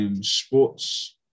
sports